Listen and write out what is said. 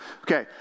Okay